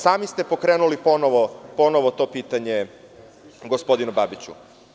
Sami ste pokrenuli to pitanje, gospodine Babiću.